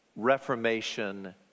reformation